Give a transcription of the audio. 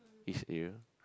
east area